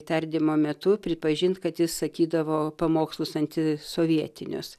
tardymo metu pripažint kad jis sakydavo pamokslus antisovietinius